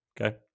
okay